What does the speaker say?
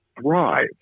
thrive